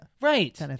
Right